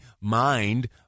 mind